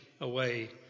away